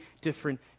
different